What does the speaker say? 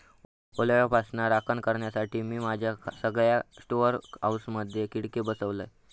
ओलाव्यापासना राखण करण्यासाठी, मी माझ्या सगळ्या स्टोअर हाऊसमधे खिडके बसवलय